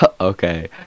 Okay